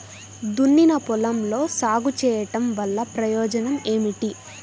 దున్నిన పొలంలో సాగు చేయడం వల్ల ప్రయోజనం ఏమిటి?